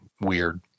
weird